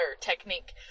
technique